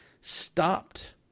stopped